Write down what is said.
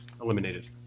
eliminated